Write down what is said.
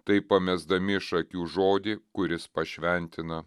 taip pamesdami iš akių žodį kuris pašventina